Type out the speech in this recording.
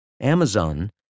Amazon